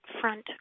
front